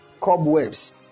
cobwebs